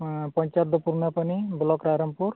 ᱯᱚᱧᱪᱟᱭᱮᱛ ᱫᱚ ᱯᱩᱨᱱᱟᱯᱟᱱᱤ ᱵᱞᱚᱠ ᱨᱟᱭᱨᱚᱢᱯᱩᱨ